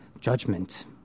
judgment